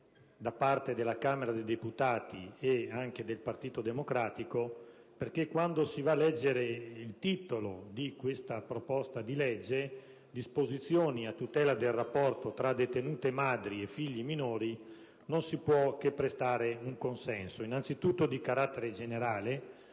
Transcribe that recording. pronunciata la Camera dei deputati, con il voto favorevole del Partito Democratico. Quando si va a leggere il titolo di questa proposta di legge ("Disposizioni a tutela del rapporto tra detenute madri e figli minori") non si può che prestare un consenso, innanzitutto di carattere generale,